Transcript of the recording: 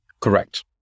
Correct